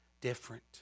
different